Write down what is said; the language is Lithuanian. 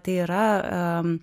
tai yra